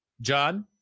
John